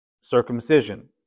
Circumcision